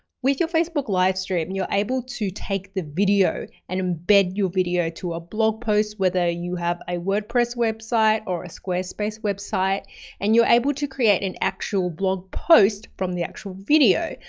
with your facebook live stream, you're able to take the video and embed your video to a blog post, whether you have a wordpress website or a squarespace website and you're able to create an actual blog post from the actual video.